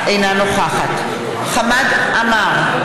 אינה נוכחת חמד עמאר,